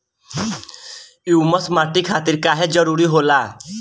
Humus माटी खातिर काहे जरूरी होला?